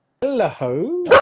Hello